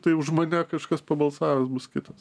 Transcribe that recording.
tai už mane kažkas pabalsavęs bus kitas